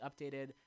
updated